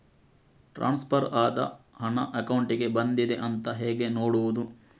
Transfer ಆದ ಹಣ ಅಕೌಂಟಿಗೆ ಬಂದಿದೆ ಅಂತ ಹೇಗೆ ನೋಡುವುದು?